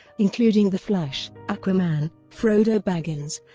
including the flash, aquaman, frodo baggins,